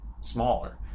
smaller